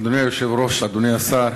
אדוני היושב-ראש, אדוני השר,